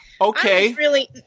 Okay